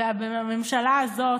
ובממשלה הזאת,